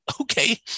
Okay